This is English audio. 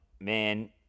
man